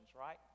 right